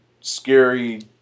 scary